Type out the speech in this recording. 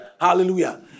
Hallelujah